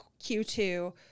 Q2